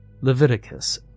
Leviticus